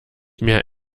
mir